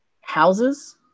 houses